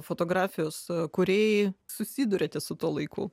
fotografijos kūrėjai susiduriate su tuo laiku